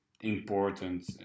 important